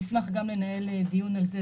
נשמח לנהל דיון גם על זה.